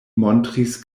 montris